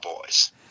boys